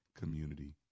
Community